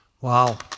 Wow